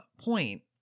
point